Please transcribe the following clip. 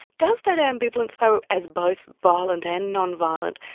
does that ambivalence though, as both violent and non-violent,